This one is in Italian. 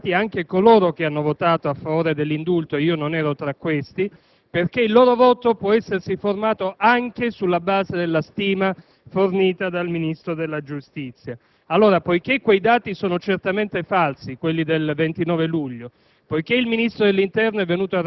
ad avere questa chiarezza di dati, anche coloro che hanno votato a favore dell'indulto (io non era tra questi), perché il loro voto può essersi formato anche sulla base della stima fornita dal Ministro della giustizia. Allora, poiché quei dati sono certamente falsi (quelli del 29 luglio),